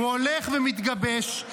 הוא הולך ומתגבש,